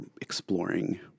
exploring